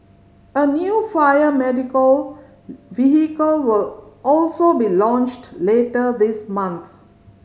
a new fire medical vehicle will also be launched later this month